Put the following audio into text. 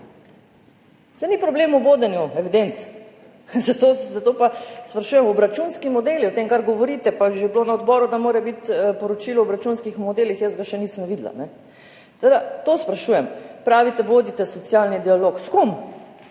Saj ni problem v vodenju evidenc, zato pa sprašujem, v obračunskih modelih je, v tem, kar govorite pa je že bilo na odboru, da mora biti poročilo o obračunskih modelih, jaz ga še nisem videla. Tako da to sprašujem. Pravite, vodite socialni dialog – s kom?